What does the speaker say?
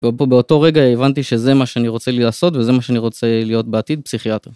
ופה באותו רגע הבנתי שזה מה שאני רוצה לי לעשות וזה מה שאני רוצה להיות בעתיד, פסיכיאטר.